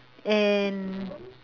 and